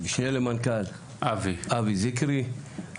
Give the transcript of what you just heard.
משנה למנכ"ל אבי זקרי,